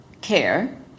care